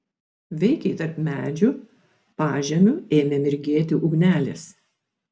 veikiai tarp medžių pažemiu ėmė mirgėti ugnelės